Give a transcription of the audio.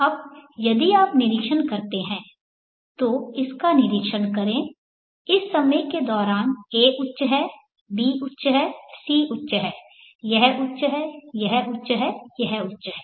अब यदि आप निरीक्षण करते हैं तो इसका निरीक्षण करें इस समय के दौरान a उच्च है b उच्च है c उच्च है यह उच्च है यह उच्च है यह उच्च है